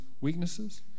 weaknesses